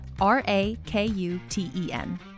R-A-K-U-T-E-N